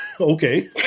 Okay